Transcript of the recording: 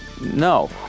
no